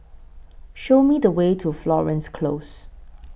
Show Me The Way to Florence Close